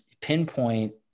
pinpoint